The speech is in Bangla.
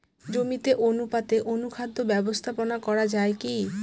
জমিতে অনুপাতে অনুখাদ্য ব্যবস্থাপনা করা য়ায় কি?